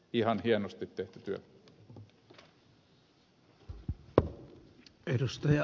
ihan hienosti tehty työ